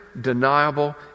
deniable